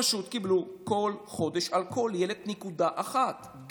פשוט קיבלו כל חודש על כל ילד נקודה אחת,